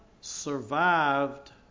survived